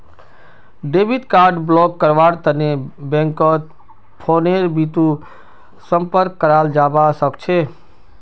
debit card block करव्वार तने बैंकत फोनेर बितु संपर्क कराल जाबा सखछे